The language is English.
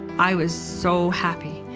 i was so happy,